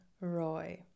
Roy